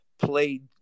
played